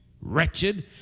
wretched